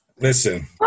Listen